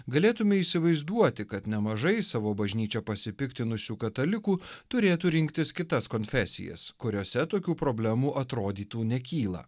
galėtume įsivaizduoti kad nemažai savo bažnyčia pasipiktinusių katalikų turėtų rinktis kitas konfesijas kuriose tokių problemų atrodytų nekyla